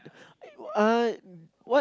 uh what